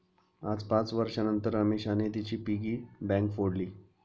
आज पाच वर्षांनतर अमीषाने तिची पिगी बँक फोडली